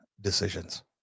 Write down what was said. decisions